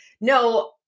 no